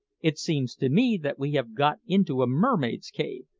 it seems to me that we have got into a mermaid's cave,